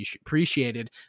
appreciated